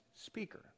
speaker